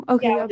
Okay